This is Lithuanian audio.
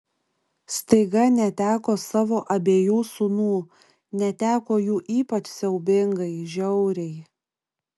staiga neteko savo abiejų sūnų neteko jų ypač siaubingai žiauriai